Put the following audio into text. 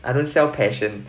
I don't sell passion